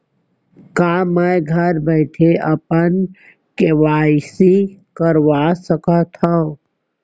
का मैं घर बइठे अपन के.वाई.सी करवा सकत हव?